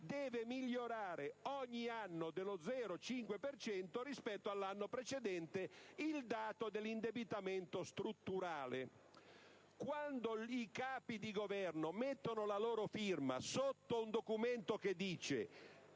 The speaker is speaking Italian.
deve migliorare ogni anno dello 0,5 per cento rispetto all'anno precedente il dato dell'indebitamento strutturale. Quando i Capi di Governo mettono la loro firma sotto un documento che